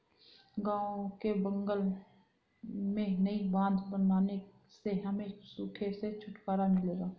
गांव के बगल में नई बांध बनने से हमें सूखे से छुटकारा मिलेगा